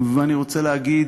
ואני רוצה להגיד: